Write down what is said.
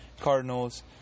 Cardinals